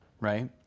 right